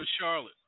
Charlotte